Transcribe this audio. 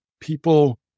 people